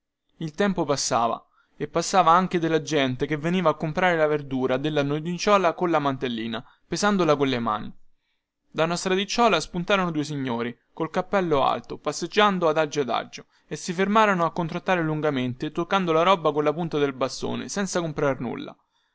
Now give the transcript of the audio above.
il tempo passava e passava anche della gente che veniva a comprare la verdura dalla donnicciuola colla mantellina pesandola colle mani da una stradicciuola spuntarono due signori col cappello alto passeggiando adagio adagio e si fermarono a contrattare lungamente toccando la roba colla punta del bastone senza comprar nulla